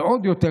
ועוד יותר,